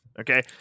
okay